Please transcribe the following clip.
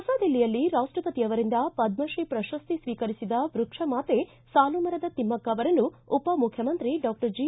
ಹೊಸ ದಿಲ್ಲಿಯಲ್ಲಿ ರಾಷ್ಷಪತಿ ಅವರಿಂದ ಪದ್ರಶ್ರೀ ಪ್ರಶಸ್ತಿ ಸ್ತೀಕರಿಸಿದ ವೃಕ್ಷಮಾತೆ ಸಾಲುಮರದ ತಿಮ್ಮಕ್ಷ ಅವರನ್ನು ಉಪಮುಖ್ಯಮಂತ್ರಿ ಡಾಕ್ಷರ್ ಜಿ